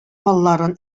малларын